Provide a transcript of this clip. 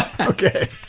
Okay